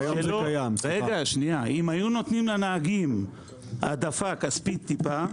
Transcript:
אם היו נותנים לנהגים העדפה כספית טיפה,